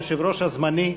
היושב-ראש הזמני,